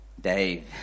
Dave